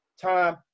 Time